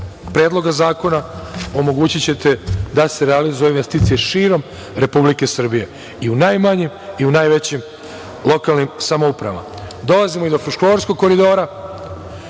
Predloga zakona omogućićete da se realizuju investicije širom Republike Srbije i u najmanjim i u najvećim lokalnim samoupravama. Dolazimo i do Fruškogorskog koridora,